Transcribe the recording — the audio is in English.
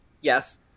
Yes